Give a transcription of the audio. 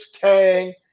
Kang